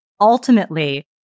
Ultimately